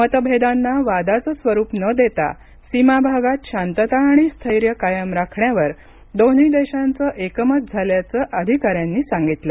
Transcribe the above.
मतभेदांना वादाचं स्वरुप न देता सीमाभागात शांतता आणि स्थैर्य कायम राखण्यावर दोन्ही देशांचं एकमत झाल्याचं अधिकाऱ्यांनी सांगितलं